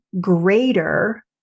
greater